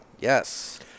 Yes